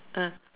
ah